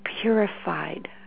purified